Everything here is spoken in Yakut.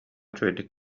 үчүгэйдик